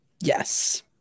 yes